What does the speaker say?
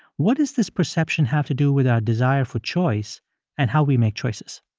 what does this perception have to do with our desire for choice and how we make choices?